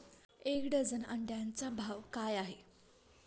एक डझन अंड्यांचा भाव काय आहे?